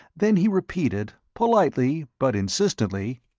then he repeated, politely but insistently,